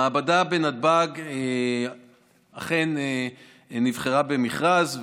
המעבדה בנתב"ג אכן נבחרה במכרז,